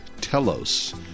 Telos